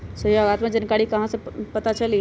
सहयोगात्मक जानकारी कहा से पता चली?